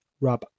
Rub